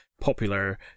popular